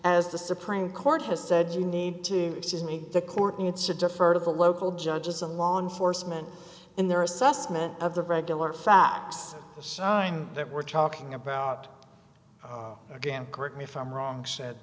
as the supreme court has said you need to excuse me the court needs to defer to the local judges and law enforcement in their assessment of the regular facts showing that we're talking about a gram correct me if i'm wrong shit